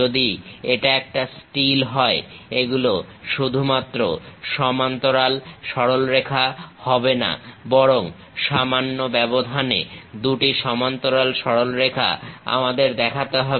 যদি এটা একটা স্টিল হয় এগুলো শুধুমাত্র সমান্তরাল সরলরেখা হবে না বরং সামান্য ব্যবধানে দুটি সমান্তরাল সরলরেখা আমাদের দেখাতে হবে